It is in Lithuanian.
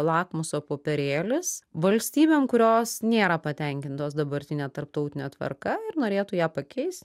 lakmuso popierėlis valstybėm kurios nėra patenkintos dabartine tarptautine tvarka ir norėtų ją pakeist